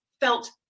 felt